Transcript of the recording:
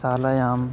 शालायाम्